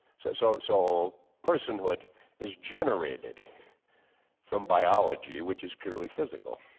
so soul personhood is generated from biology which is purely physical.